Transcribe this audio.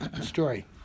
story